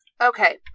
Okay